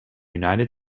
united